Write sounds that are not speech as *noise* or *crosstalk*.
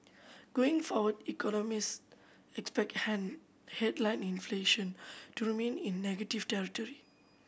going forward economists expect *unintelligible* headline inflation to remain in negative territory